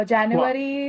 January